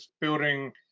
building